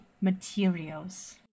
materials